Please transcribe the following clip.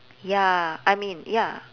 ya I mean ya